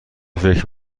فکر